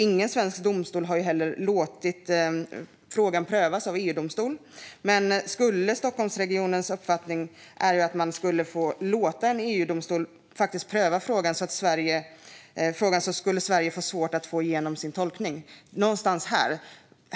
Ingen svensk domstol har heller låtit frågan prövas av EU-domstolen, men om Region Stockholm låter EU-domstolen pröva frågan skulle Sverige få svårt att få igenom sin tolkning.